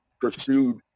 pursued